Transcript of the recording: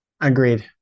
Agreed